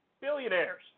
billionaires